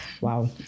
Wow